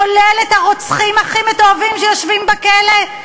כולל את הרוצחים הכי מתועבים שיושבים בכלא,